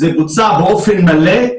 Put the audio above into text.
זה בוצע באופן מלא.